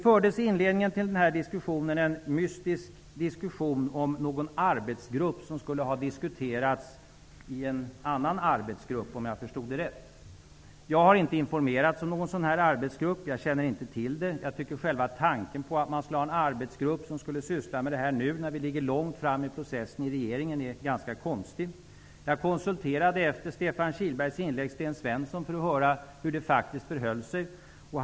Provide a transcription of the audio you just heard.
I inledningen till den här diskussionen fördes en mystisk diskussion om någon arbetsgrupp som skulle ha diskuterats i en annan arbetsgrupp, om jag förstod det rätt. Jag har inte informerats om någon sådan arbetsgrupp och jag känner inte till den. Jag tycker att själva tanken på att man skulle ha en arbetsgrupp som skulle syssla med det här, nu när vi ligger långt fram i processen i regeringen, är ganska konstig. Efter Stefan Kihlbergs inlägg konsulterade jag Sten Svensson för att höra hur det faktiskt förhöll sig.